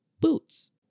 Boots